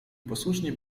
posłusznie